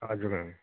हजुर